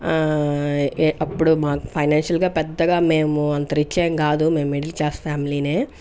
ఆ అప్పుడు మా ఫైనాన్షియల్ గా పెద్దగా మేము అంత రిచ్ ఏం కాదు మేము మిడిల్ క్లాస్ ఫ్యామిలీ నే